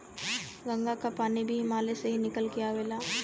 गंगा क पानी भी हिमालय से ही निकल के आवेला